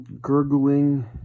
gurgling